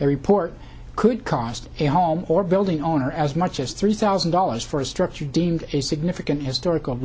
a report could cost a home or building owner as much as three thousand dollars for a structure deemed a significant historical